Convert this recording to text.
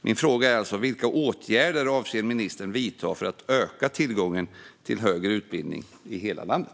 Min fråga är därför: Vilka åtgärder avser ministern att vidta för att öka tillgången till högre utbildning i hela landet?